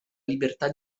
libertà